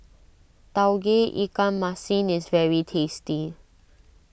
Tauge Ikan Masin is very tasty